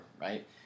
right